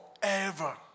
Forever